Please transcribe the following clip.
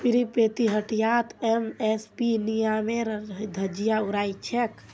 पीरपैंती हटियात एम.एस.पी नियमेर धज्जियां उड़ाई छेक